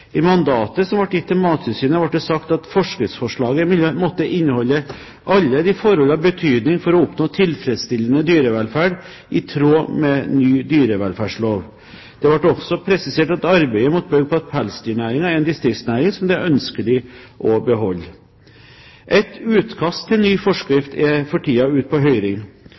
I mandatet som ble gitt til Mattilsynet, ble det sagt at forskriftsforslaget måtte inneholde alle forhold av betydning for å oppnå tilfredsstillende dyrevelferd i tråd med ny dyrevelferdslov. Det ble også presisert at arbeidet måtte bygge på at pelsdyrnæringen er en distriktsnæring som det er ønskelig å beholde. Et utkast til ny forskrift er for tiden ute på høring.